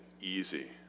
easy